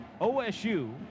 OSU